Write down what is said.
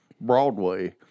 Broadway